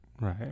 Right